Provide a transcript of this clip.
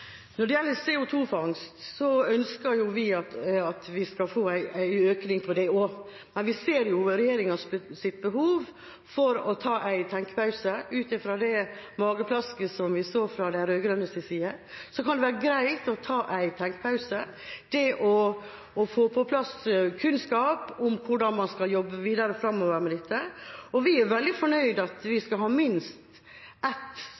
ønsker vi at dette skal økes, men vi ser jo regjeringas behov for å ta en tenkepause – etter det mageplasket vi så på den rød-grønne siden. Så kan det være greit å ta en tenkepause og få på plass kunnskap om hvordan man skal jobbe videre fremover med dette. Vi er veldig fornøyd med at vi